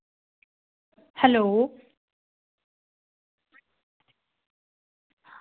hello